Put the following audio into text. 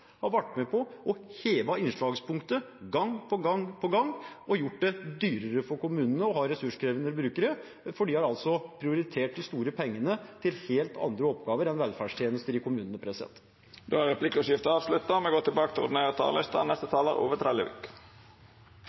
med på å heve innslagspunktet, gang på gang på gang, og gjort det dyrere for kommunene å ha ressurskrevende brukere. De har prioritert de store pengene til helt andre oppgaver enn velferdstjenester i kommunene. Replikkordskiftet er avslutta.